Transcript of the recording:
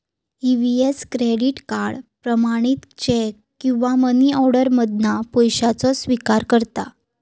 EVS credit card, प्रमाणित cheque किंवा money order मधना पैशाचो स्विकार करता